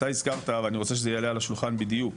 אתה הזכרת ואני רוצה שזה יעלה על השולחן בדיוק,